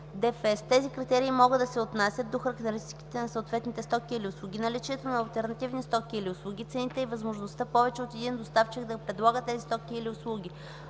ДФЕС. Тези критерии могат да се отнасят до характеристиките на съответните стоки или услуги, наличието на алтернативни стоки или услуги, цените и възможността повече от един доставчик да предлага тези стоки или услуги.